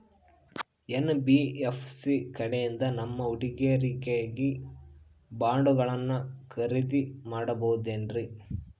NBFC ಕಡೆಯಿಂದ ನಮ್ಮ ಹುಡುಗರಿಗಾಗಿ ಬಾಂಡುಗಳನ್ನ ಖರೇದಿ ಮಾಡಬಹುದೇನ್ರಿ?